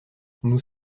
nous